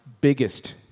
biggest